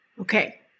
okay